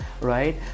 right